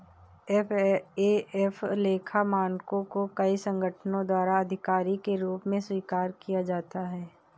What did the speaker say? FAF लेखा मानकों को कई संगठनों द्वारा आधिकारिक के रूप में स्वीकार किया जाता है